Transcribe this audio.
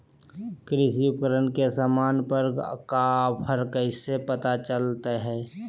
कृषि उपकरण के सामान पर का ऑफर हाय कैसे पता चलता हय?